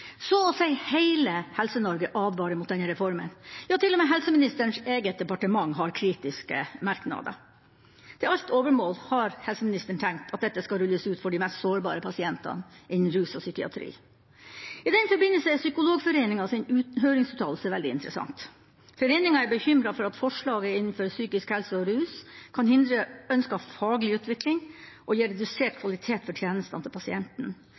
Så å si hele Helse-Norge advarer mot denne reformen. Ja, til og med helseministerens eget departement har kritiske merknader. Til alt overmål har helseministeren tenkt at dette skal rulles ut for de mest sårbare pasientene – innen rus og psykiatri. I den forbindelse er Psykologforeningens høringsuttalelse veldig interessant. Foreninga er bekymret for at forslaget innenfor psykisk helse og rus kan hindre ønsket faglig utvikling og gi redusert kvalitet på tjenestene til